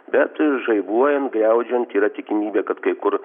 bet žaibuojan griaudžiant yra tikimybė kad kai kur